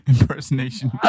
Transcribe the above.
impersonation